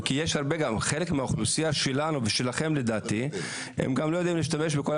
כי חלק מהאוכלוסייה שלנו ושלכם לדעתי גם לא יודעים להשתמש בכל